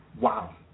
wow